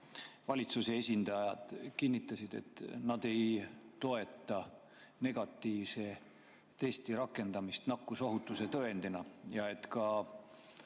valitsuse esindajad kinnitasid, et nad ei toeta negatiivse testi rakendamist nakkusohutuse tõendina, ja et ka